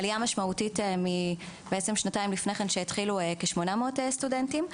עלייה ניכרת משנתיים לפני כן שהתחילו כ-800 סטודנטים.